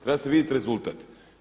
Treba se vidjeti rezultat.